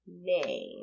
Name